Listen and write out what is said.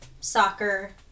soccer